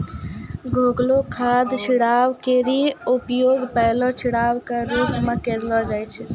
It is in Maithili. घोललो खाद छिड़काव केरो उपयोग पहलो छिड़काव क रूप म करलो जाय छै